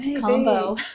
combo